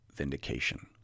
Vindication